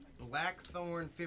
Blackthorn